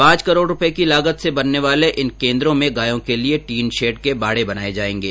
पांच करोड़ रुपए की लागत से बनने वाले इन केन्द्रों में गायों के लिए टीन शेड के बाड़े बनाये जायेंगे